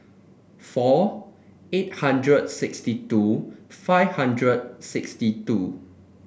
four eight hundred and sixty two five hundred sixty two